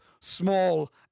small